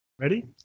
Ready